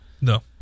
No